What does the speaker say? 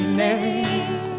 name